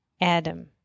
Adam